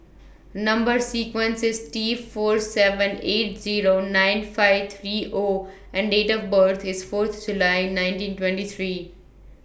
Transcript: Number sequence IS T four seven eight Zero nine five three O and Date of birth IS Fourth July nineteen twenty three